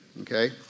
okay